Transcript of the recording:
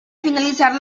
finalizar